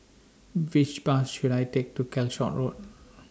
Which Bus should I Take to Calshot Road